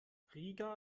riga